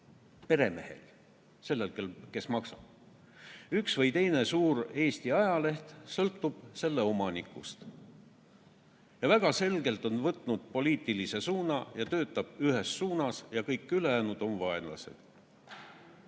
peremehel, sellel, kes maksab. Üks või teine suur Eesti ajaleht sõltub selle omanikust ja väga selgelt on võtnud poliitilise suuna, töötab ühes suunas ja kõik ülejäänud on vaenlased.